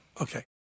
Okay